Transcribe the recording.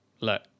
look